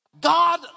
God